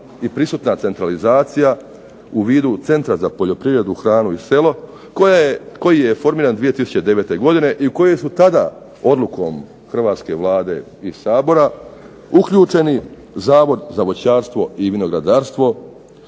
i prisutna centralizacija u vidu Centra za poljoprivredu, hranu i selo koji je formiran 2009. godine i koji su tada odlukom hrvatske Vlade i Sabora uključeni Zavod za voćarstvo i vinogradarstvo,